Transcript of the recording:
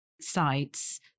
sites